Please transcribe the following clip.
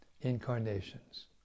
incarnations